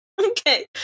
Okay